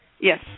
Yes